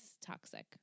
toxic